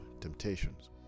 temptations